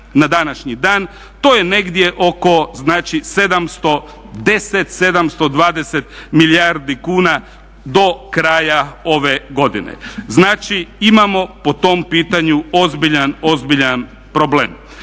na današnji dan to je negdje oko znači 710, 720 milijardi kuna do kraja ove godine. Znači imamo po tom pitanju ozbiljan, ozbiljan prlbem.